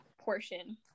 portion